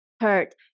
Third